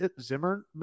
Zimmerman